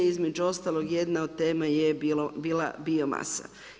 Između ostalog jedna od tema je bila bio masa.